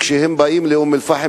שכשהם באים לאום-אל-פחם,